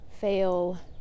fail